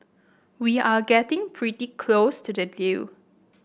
we are getting pretty close to the deal